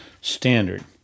standard